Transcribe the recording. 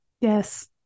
Yes